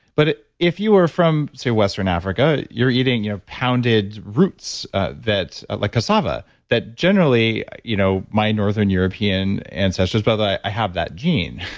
but if you are from, say, western africa, you're eating your pounded roots ah like cassava that generally you know my northern european ancestors, but i have that gene.